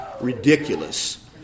ridiculous